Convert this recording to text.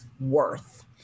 worth